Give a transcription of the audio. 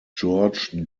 george